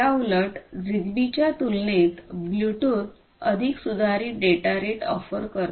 याउलट झीगबीच्या तुलनेत ब्लूटूथ अधिक सुधारित डेटा रेट ऑफर करते